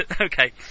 okay